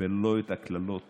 ולא את הקללות